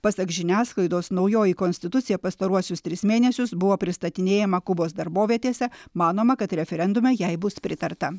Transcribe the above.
pasak žiniasklaidos naujoji konstitucija pastaruosius tris mėnesius buvo pristatinėjama kubos darbovietėse manoma kad referendume jai bus pritarta